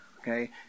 okay